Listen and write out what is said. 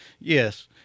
Yes